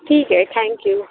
ठीक आहे थँक्यू